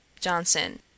johnson